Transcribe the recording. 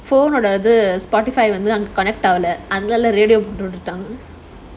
phone Spotify வந்து:vandhu connect ஆகல அதனால:agala adhunaala radio போட்டுவிட்டேன்:potuvittaen